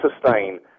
sustain